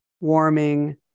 warming